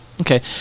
okay